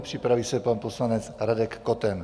Připraví se pan poslanec Radek Koten.